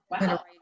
wow